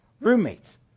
roommates